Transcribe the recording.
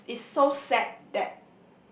is is so sad that